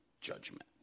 judgment